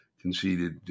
conceded